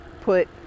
put